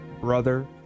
brother